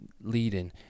leading